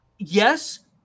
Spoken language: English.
Yes